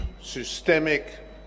systemic